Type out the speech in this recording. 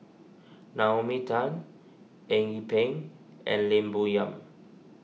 Naomi Tan Eng Yee Peng and Lim Bo Yam